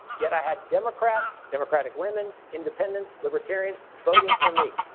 yet, i had democrats, democratic women, independents, libertarians voting for me.